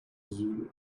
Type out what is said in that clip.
zulu